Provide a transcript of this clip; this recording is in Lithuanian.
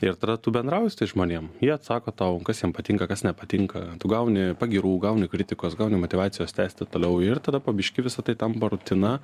ir tada tu bendrauji su tais žmonėm jie atsako tau kas jiem patinka kas nepatinka tu gauni pagyrų gauni kritikos gauni motyvacijos tęsti toliau ir tada po biški visa tai tampa rutina